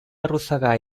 arrossegar